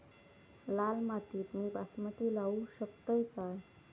लाल मातीत मी बासमती लावू शकतय काय?